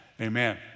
Amen